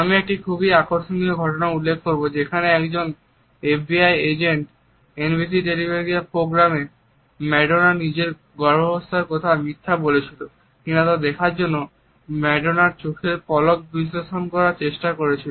আমি এখানে একটি খুব আকর্ষণীয় ঘটনা উল্লেখ করব যেখানে একটি এফবিআই এজেন্ট এনবিসি টেলিভিশন প্রোগ্রামে ম্যাডোনা নিজের গর্ভাবস্থার বিষয়ে মিথ্যা বলছিল কিনা দেখার জন্য ম্যাডোনার চোখের পলক বিশ্লেষণ করার চেষ্টা করেছিল